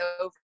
over